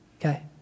okay